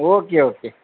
okay okay